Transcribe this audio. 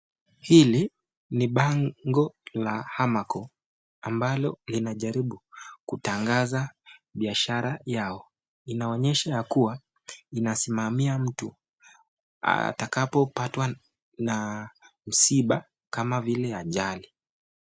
Hili ni bango la Amarco ambalo linajaribu kutangaza biashara yao. Inaonyesha ya kuwa inasimamia mtu atakapo patwa na msiba kama vile ajali.